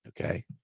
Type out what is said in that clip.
Okay